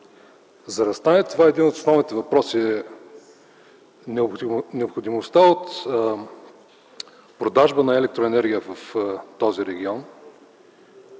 За да стане това, един от основните въпроси е необходимостта от продажба на електроенергия в този регион.